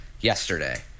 yesterday